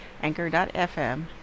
anchor.fm